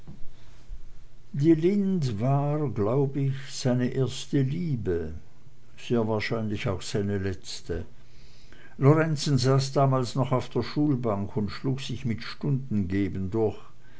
die lind war glaub ich seine erste liebe sehr wahrscheinlich auch seine letzte lorenzen saß damals noch auf der schulbank und schlug sich mit stundengeben durch